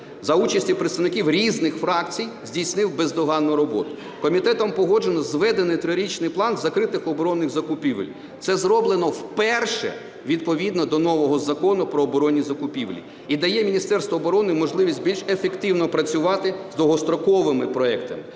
за участі представників різних фракцій здійснив бездоганну роботу. Комітетом погоджено зведений трирічний план закритих оборонних закупівель. Це зроблено вперше відповідно до нового Закону "Про оборонні закупівлі" і дає Міністерству оборони можливість більш ефективно працювати з довгостроковими проектами.